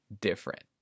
different